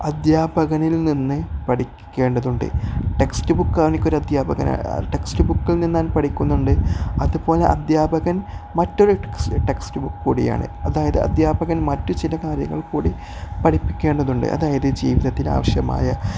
അധ്യാപകനിൽ നിന്ന് പഠിക്കേണ്ടതുണ്ട് text book അവനൊരു അധ്യാപകൻ ടെക്സ്റ്റ് ബുക്കിൽ നിന്ന് അവൻ പഠിക്കുന്നുണ്ട് അതുപോലെ അധ്യാപകൻ മറ്റൊരു ടെക്സ്റ്റ് ബുക്ക് കൂടിയാണ് അതായത് അധ്യാപകൻ മറ്റു ചില കാര്യങ്ങൾ കൂടി പഠിപ്പിക്കേണ്ടതുണ്ട് അതായത് ജീവിതത്തിൽ ആവശ്യമായ